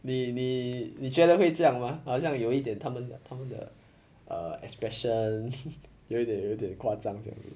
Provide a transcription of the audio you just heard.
你你觉得会这样吗好像有一点他们他们的 err expression 有点有点夸张这样